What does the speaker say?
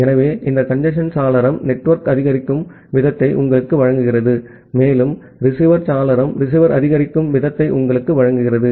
ஆகவே இந்த கஞ்சேஸ்ன் சாளரம் நெட்வொர்க் ஆதரிக்கும் வீதத்தை உங்களுக்கு வழங்குகிறது மேலும் ரிசீவர் சாளரம் ரிசீவர் ஆதரிக்கும் வீதத்தை உங்களுக்கு வழங்குகிறது